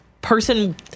person